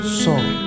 song